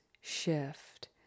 shift